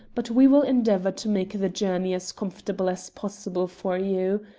but we will endeavour to make the journey as comfortable as possible for you.